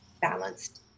balanced